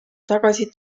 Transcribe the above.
tagasi